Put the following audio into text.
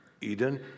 Eden